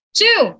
two